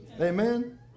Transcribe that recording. Amen